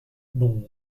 bon